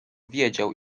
wiedział